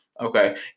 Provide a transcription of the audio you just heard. Okay